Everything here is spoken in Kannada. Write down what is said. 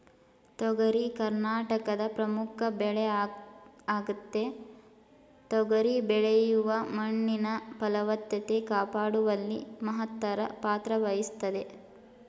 ತೊಗರಿ ಕರ್ನಾಟಕದ ಪ್ರಮುಖ ಬೆಳೆಯಾಗಯ್ತೆ ತೊಗರಿ ಬೆಳೆಯು ಮಣ್ಣಿನ ಫಲವತ್ತತೆ ಕಾಪಾಡುವಲ್ಲಿ ಮಹತ್ತರ ಪಾತ್ರವಹಿಸ್ತದೆ